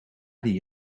die